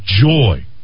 joy